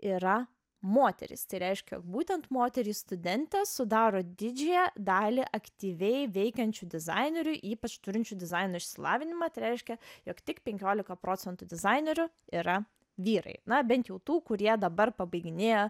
yra moterys tai reiškia būtent moterys studentės sudaro didžiąją dalį aktyviai veikiančių dizainerių ypač turinčių dizaino išsilavinimą tai reiškia jog tik penkiolika procentų dizainerių yra vyrai na bent jau tų kurie dabar pabaiginėja